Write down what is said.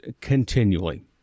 continually